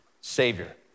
Savior